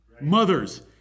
Mothers